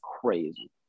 crazy